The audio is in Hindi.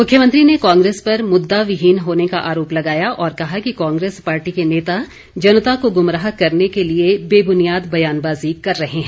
मुख्यमंत्री ने कांग्रेस पर मुद्दाविहीन होने का आरोप लगाया और कहा कि कांग्रेस पार्टी के नेता जनता को गुमराह करने के लिए बेबुनियाद बयानबाजी कर रहे हैं